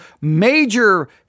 major